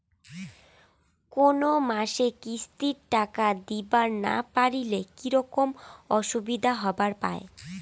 কোনো মাসে কিস্তির টাকা দিবার না পারিলে কি রকম অসুবিধা হবার পায়?